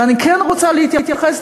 ואני כן רוצה להתייחס,